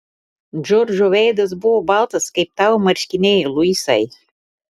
džordžo veidas buvo baltas kaip tavo marškiniai luisai